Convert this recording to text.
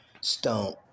stone